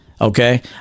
Okay